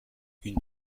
une